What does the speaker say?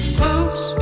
close